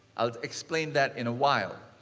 i'll explain that in a while.